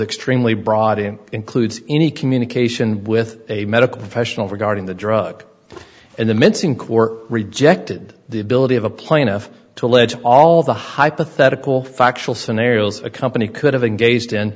extremely broad in includes any communication with a medical professional regarding the drug in the mincing court rejected the ability of a plaintiff to allege all the hypothetical factual scenarios a company could have engaged in